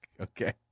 Okay